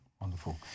wonderful